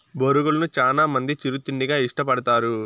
బొరుగులను చానా మంది చిరు తిండిగా ఇష్టపడతారు